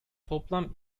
toplam